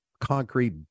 concrete